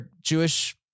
Jewish